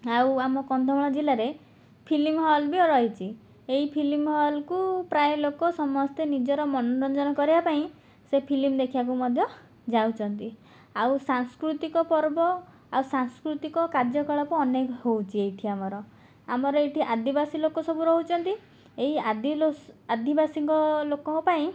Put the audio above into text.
ଆଉ ଆମ କନ୍ଧମାଳ ଜିଲ୍ଲାରେ ଫିଲ୍ମ ହଲ୍ ବି ରହିଛି ଏହି ଫିଲ୍ମ ହଲ୍କୁ ପ୍ରାୟ ଲୋକ ସମସ୍ତେ ନିଜର ମନୋରଞ୍ଜନ କରିବା ପାଇଁ ସେ ଫିଲ୍ମ ଦେଖିବାକୁ ମଧ୍ୟ ଯାଉଛନ୍ତି ଆଉ ସାଂସ୍କୃତିକ ପର୍ବ ଆଉ ସାଂସ୍କୃତିକ କାର୍ଯ୍ୟକଳାପ ଅନେକ ହେଉଛି ଏଇଠି ଆମର ଆମର ଏଇଠି ଆଦିବାସୀ ଲୋକ ସବୁ ରହୁଛନ୍ତି ଏହି ଆଦି ଆଦିବାସୀଙ୍କ ଲୋକଙ୍କ ପାଇଁ